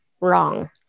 Wrong